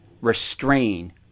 restrain